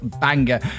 banger